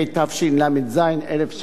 התשל"ז 1977,